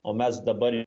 o mes dabar